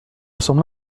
semble